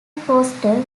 poster